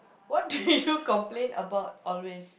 what do you complain about always